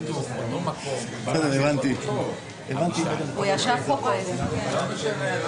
אפשר לקבוע את זה.